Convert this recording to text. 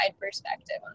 perspective